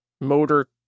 Motor